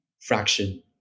fraction